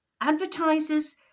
advertisers